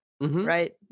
right